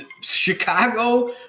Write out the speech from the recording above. Chicago